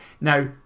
Now